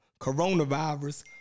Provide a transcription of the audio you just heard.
coronavirus